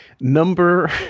Number